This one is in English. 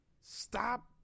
Stop